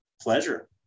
pleasure